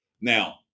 Now